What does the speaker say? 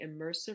immersive